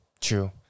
true